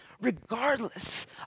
regardless